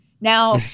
Now